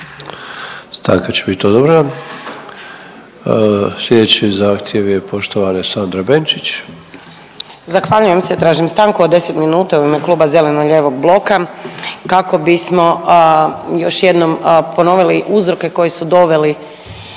Stanka će bit odobrena. Sljedeći zahtjev je poštovane Sandre Benčić. **Benčić, Sandra (Možemo!)** Zahvaljujem se. Tražim stanku od 10 minuta u ime kluba Zeleno-lijevog bloka kako bismo još jednom ponovili uzroke koji su doveli